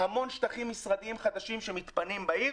המון שטחי משרדים חדשים שמתפנים בעיר,